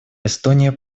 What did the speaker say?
эстония